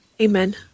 Amen